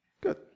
good